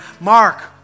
Mark